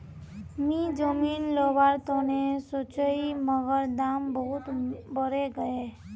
मी जमीन लोवर तने सोचौई मगर दाम बहुत बरेगये